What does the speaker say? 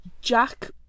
Jack